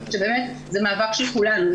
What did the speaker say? שבאמת זה מאבק של כולנו,